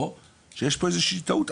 או שיש פה איזושהי טעות,